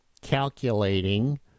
calculating